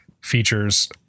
features